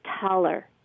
taller